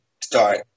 start